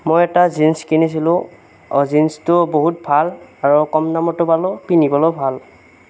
মই এটা জিন্চ কিনিছিলোঁ অঁ জিন্চটো বহুত ভাল আৰু কম দামতো পালোঁ পিন্ধিবলৈও ভাল